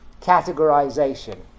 categorization